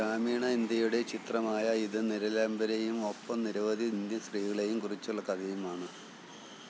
ഗ്രാമീണ ഇൻഡ്യയുടെ ചിത്രമായ ഇത് നിരാലംബരെയും ഒപ്പം നിരവധി ഇൻഡ്യൻ സ്ത്രീകളെയും കുറിച്ചുള്ള കഥയുമാണ്